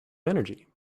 energy